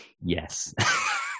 Yes